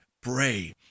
pray